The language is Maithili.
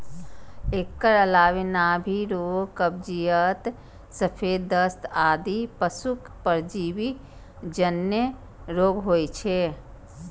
एकर अलावे नाभि रोग, कब्जियत, सफेद दस्त आदि पशुक परजीवी जन्य रोग होइ छै